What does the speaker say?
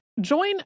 Join